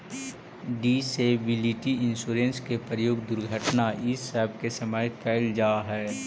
disability insurance के प्रयोग दुर्घटना इ सब के समय कैल जा हई